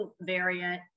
variant